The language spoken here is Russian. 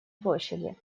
площади